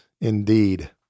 indeed